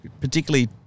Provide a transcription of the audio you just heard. particularly